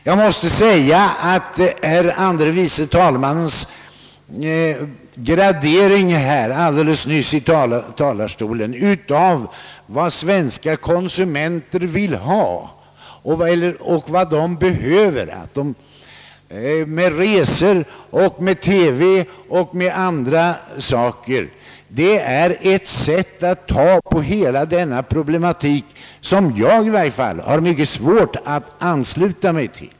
Jag måste säga att herr andre vice talmannens gradering här alldeles nyss i talarstolen av vad svenska konsumenter vill ha och vad de behöver i fråga om resor, TV och andra saker är ett sätt att ta på hela denna problematik som i varje fall jag har mycket svårt att ansluta mig till.